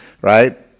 right